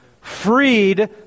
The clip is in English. Freed